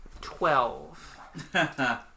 Twelve